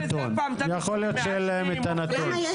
למה?